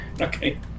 Okay